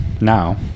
now